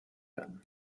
werden